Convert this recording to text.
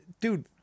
Dude